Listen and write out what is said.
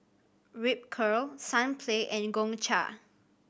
Ripcurl Sunplay and Gongcha